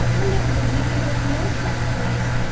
i never believed there was no such place.